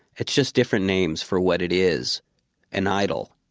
it's just different names for what it is an idol.